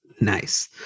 nice